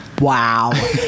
Wow